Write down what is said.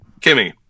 kimmy